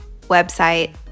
website